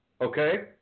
okay